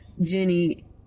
Jenny